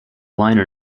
liner